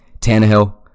Tannehill